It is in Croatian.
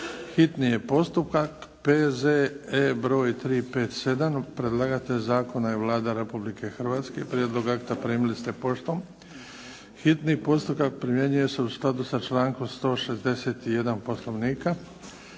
čitanje, P.Z.E. broj 357 Predlagatelj zakona je Vlada Republike Hrvatske. Prijedlog akta primili ste poštom. Hitni postupak primjenjuje se u skladu s člankom 161. Poslovnika.